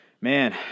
man